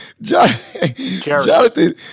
jonathan